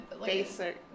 Basic